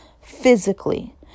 physically